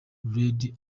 lady